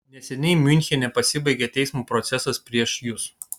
neseniai miunchene pasibaigė teismo procesas prieš jus